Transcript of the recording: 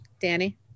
Danny